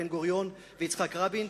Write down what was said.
בן-גוריון ויצחק רבין,